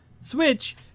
Switch